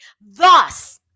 Thus